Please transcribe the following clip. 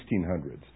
1600s